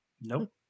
Nope